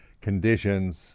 conditions